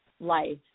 life